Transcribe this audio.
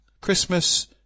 Christmas